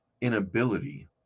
inability